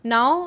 Now